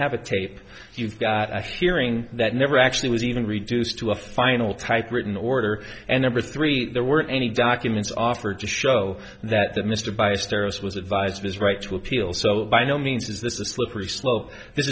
have a tape you've got a hearing that never actually was even reduced to a final typewritten order and number three there weren't any documents offered to show that the mr baez stereo's was advised of his right to appeal so by no means is this a slippery slope this